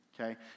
okay